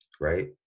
Right